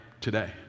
today